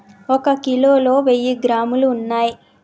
ఒక కిలోలో వెయ్యి గ్రాములు ఉన్నయ్